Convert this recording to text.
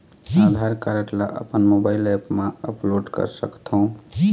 आधार card ला अपन mobile app मा अपलोड कर सकथों?